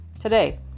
today